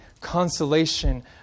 consolation